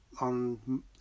on